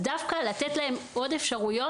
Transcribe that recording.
דווקא לתת להם עוד אפשרויות.